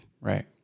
Right